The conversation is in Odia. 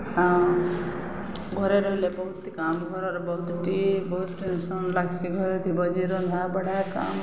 ଘରେ ରହେଲେ ବହୁତ୍ଟେ କାମ୍ ଘରର୍ ବହୁତ୍ଟେ ବହୁତ୍ ଟେନ୍ସନ୍ ଲାଗ୍ସି ଘରେ ଥିବଯେ ରନ୍ଧା ବଢ଼ା କାମ୍